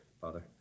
Father